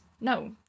No